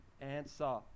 answer